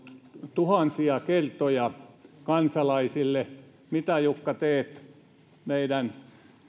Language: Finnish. tuhansia kertoja kansalaisille mitä jukka teet meidän